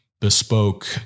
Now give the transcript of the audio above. bespoke